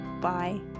Bye